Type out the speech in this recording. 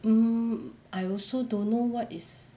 mm I also don't know what is